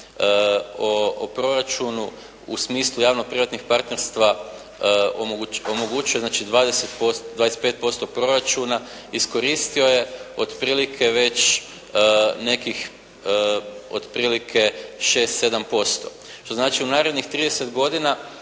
o proračunu u smislu javno-privatnih partnerstva omogućuje, znači 25% proračuna iskoristio je otprilike već nekih otprilike 6, 7% što znači u narednih 30 godina